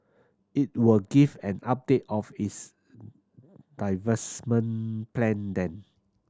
it will give an update of its divestment plan then